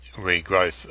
regrowth